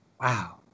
Wow